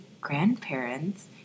grandparents